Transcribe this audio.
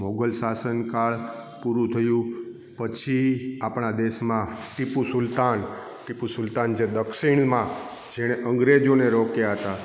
મોગલ શાસનકાળ પૂરું થયું પછી આપણા દેશમાં ટીપુ સુલતાન ટીપુ સુલતાન જે દક્ષિણમાં જેણે અંગ્રેજોને રોક્યા હતા